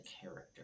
character